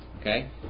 Okay